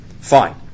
Fine